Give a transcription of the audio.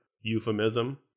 euphemism